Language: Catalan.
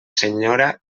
senyora